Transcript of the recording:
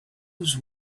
was